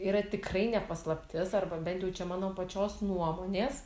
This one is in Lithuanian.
yra tikrai ne paslaptis arba bent jau čia mano pačios nuomonės